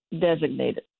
designated